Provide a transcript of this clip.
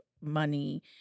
money